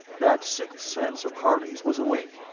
that sixth sense of harley's was awake,